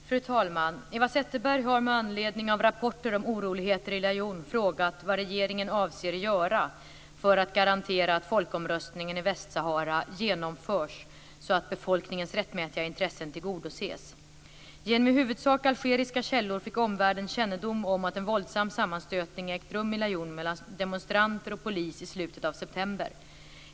Fru talman! Eva Zetterberg har med anledning av rapporter om oroligheter i Laayoune frågat vad regeringen avser göra för att garantera att folkomröstningen i Västsahara genomförs så att befolkningens rättmätiga intressen tillgodoses. Genom i huvudsak algeriska källor fick omvärlden kännedom om att en våldsam sammanstötning ägt rum i Laayoune mellan demonstranter och polis i slutet av september.